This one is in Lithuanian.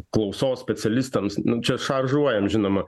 klausos specialistams nu čia šaržuojam žinoma